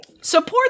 Support